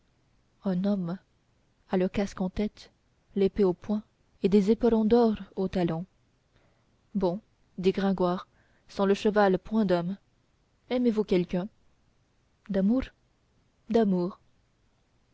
un homme a le casque en tête l'épée au poing et des éperons d'or aux talons bon dit gringoire sans le cheval point d'homme aimez-vous quelqu'un d'amour d'amour